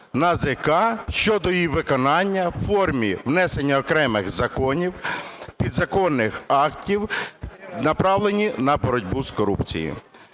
НАЗК щодо її виконання у формі внесення окремих законів, підзаконних актів, направлені на боротьбу з корупцією.